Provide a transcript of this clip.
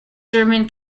german